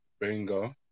Bingo